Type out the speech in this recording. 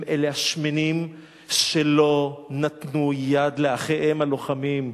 הם אלה השמנים שלא נתנו יד לאחיהם הלוחמים,